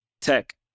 tech